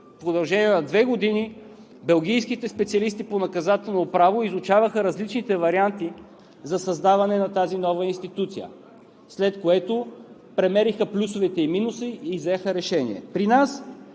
В продължение на две години белгийските специалисти по наказателно право изучаваха различните варианти за създаване на тази нова институция, след което премериха плюсовете и минусите и взеха решение.